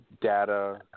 data